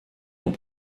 sont